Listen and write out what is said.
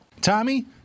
Tommy